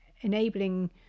enabling